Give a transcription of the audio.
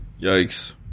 Yikes